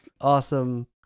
awesome